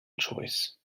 choice